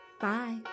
Bye